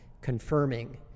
confirming